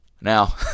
Now